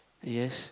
yes